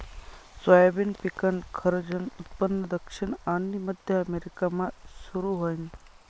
soybean पिकनं खरंजनं उत्पन्न दक्षिण आनी मध्य अमेरिकामा सुरू व्हयनं